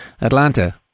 Atlanta